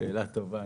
שאלה טובה.